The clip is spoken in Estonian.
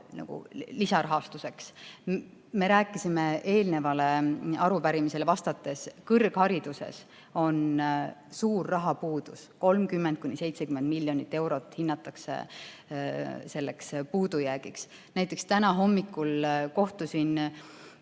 lisarahastuseks. Me rääkisime eelmisele arupärimisele vastates, et kõrghariduses on suur rahapuudus: 30–70 miljonit eurot hinnatakse selleks puudujäägiks. Näiteks täna hommikul kohtusin